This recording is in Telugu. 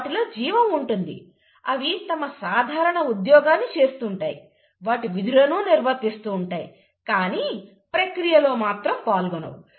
వాటిలో జీవం ఉంటుంది అవి తమ సాధారణ ఉద్యోగాన్ని చేస్తుంటాయి వాటి విధులను నిర్వర్తిస్తూ ఉంటాయి కానీ ప్రక్రియలో మాత్రం పాల్గొనవు